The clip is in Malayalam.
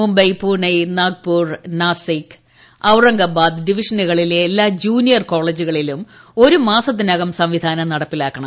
മുംബൈ പൂനൈ നാഗ്പൂർ നാസിക് ഔറംഗാബ്ലാദ് ഡിവിഷനുകളിലെ എല്ലാ ജൂനിയർ കോളേജുകളിലും ഒരു മാസത്തിനകം സംവിധാനം നടപ്പിലാക്കണം